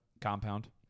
Compound